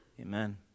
amen